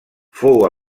fou